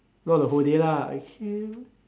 not the whole day lah I came